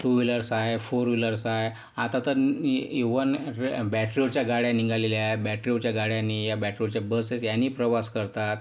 to wheelers आहे four wheelers आहे आता तर इव्हन बॅटरीवरच्या गाड्या निघालेल्या आहे बॅटरीवरच्या गाड्यांनी या बॅटरीवरच्या बसेस यानी प्रवास करतात